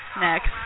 next